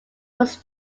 was